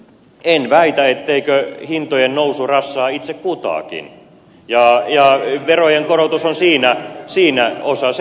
en väitä etteikö hintojen nousu rassaa itse kutakin ja verojen korotus on siinä osa